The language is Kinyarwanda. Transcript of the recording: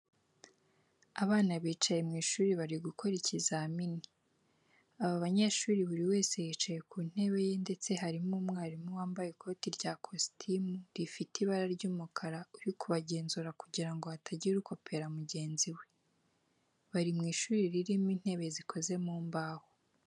Abana bicaye mu ishuri bari gukora ikizami. Aba banyeshuri buri wese yicaye ku ntebe ye ndetse harimo umwarimu wambaye ikote rya kositimu rifite ibara ry'umukara uri kubagenzura kugira ngo hatagira ukopera mugenzi we. Bari mu ishuri ririmo intebe zikoze mu mbaho.